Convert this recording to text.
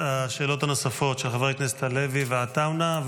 השאלות הנוספות של חברי הכנסת הלוי ועטאונה,